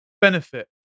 benefit